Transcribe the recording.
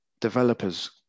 developers